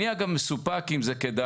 אני מסופק אם זה כדאי